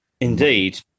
Indeed